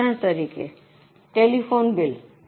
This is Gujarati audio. ઉદાહરણ તરીકે ટેલિફોન બિલ